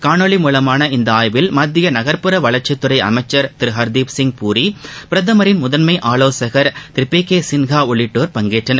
காணொலி மூலமான இந்த ஆய்வில் மத்திய நகர்ப்புற வளர்ச்சித் துறை அமைச்சர் திரு ஹர்தீப்சிங் பூரி பிரதமரின் முதன்மை ஆலோசகர் திரு பி கே சின்ஹா உள்ளிட்டோர் பங்கேற்றனர்